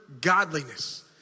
godliness